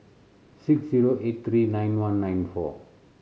six zero eight three nine one nine four